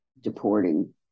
deporting